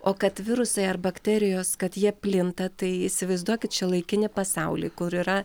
o kad virusai ar bakterijos kad jie plinta tai įsivaizduokit šiuolaikinį pasaulį kur yra